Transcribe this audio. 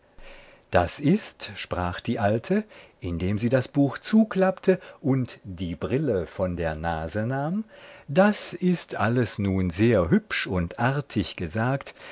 das ist sprach die alte indem sie das buch zuklappte und die brille von der nase nahm das ist alles nun sehr hübsch und artig gesagt